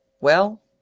Well